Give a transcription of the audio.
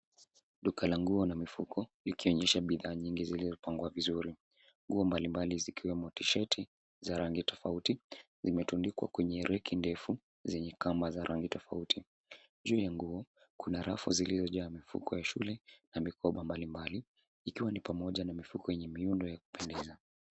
Duka la nguo na mifuko likionyesha bidhaa nyingi zilizopangwa vizuri. Nguo mbalimbali zikiwemo tisheti za rangi tofauti zimetundikwa kwenye reki ndefu zenye kamba za rangi tofauti. Juu ya nguo, rafu ziizojaa mikoba ya shule na mifuko mbalimbali ikiwa ni pamoja na mifuko yenye miundo ya kupendeza.